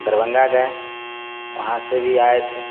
दरभंगा गए वहाँ से भी आए थे